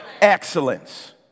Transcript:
Excellence